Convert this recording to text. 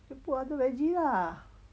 put other veggie lah